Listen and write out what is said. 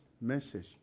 message